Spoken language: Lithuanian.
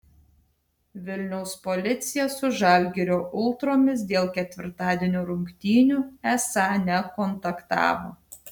vilniaus policija su žalgirio ultromis dėl ketvirtadienio rungtynių esą nekontaktavo